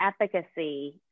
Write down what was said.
efficacy